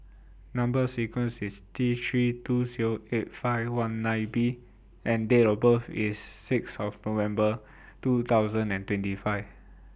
Number sequence IS T three two sell eight five one nine B and Date of birth IS six of November two thousand and twenty five